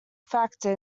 factor